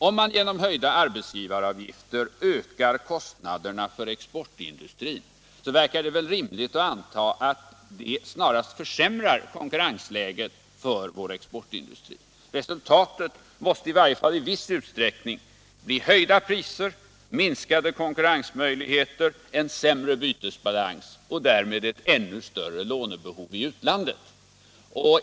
Om man genom höjda arbetsgivaravgifter ökar kostnaderna för exportindustrin, verkar det väl rimligt att anta att det snarast försämrar konkurrensläget för vår exportindustri. Resultatet måste i varje fall i viss utsträckning bli höjda priser, minskade konkurrensmöjligheter, en sämre bytesbalans och därmed ett ännu större behov av lån i utlandet.